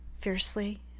fiercely